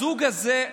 הזוג הזה,